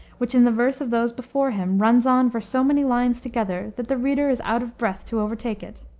which, in the verse of those before him, runs on for so many lines together that the reader is out of breath to overtake it.